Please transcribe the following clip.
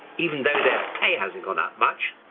even though their pay hasn't gone up much.